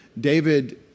David